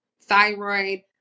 thyroid